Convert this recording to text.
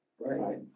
Right